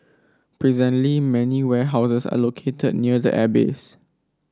presently many warehouses are located near the airbase